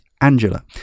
Angela